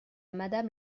madame